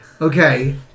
Okay